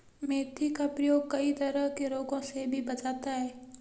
मेथी का प्रयोग कई तरह के रोगों से भी बचाता है